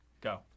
Go